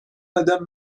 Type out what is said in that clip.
madame